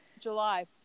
july